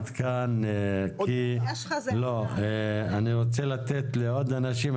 אני רוצה לאפשר לעוד אנשים.